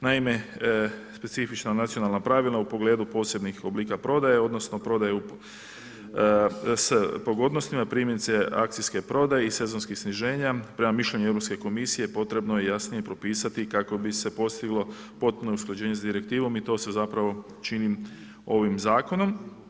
Naime specifična nacionalna pravila u pogledu posebnih oblika prodaje, odnosno prodaje s pogodnostima primjerice akcijske prodaje i sezonskih sniženja prema mišljenju Europske komisije potrebno je jasnije propisati kako bi se postiglo potpuno usklađenje s direktivom i to se zapravo čini ovim zakonom.